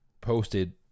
posted